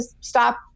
stop